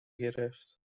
گرفت